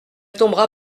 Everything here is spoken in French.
tombera